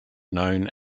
known